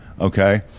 okay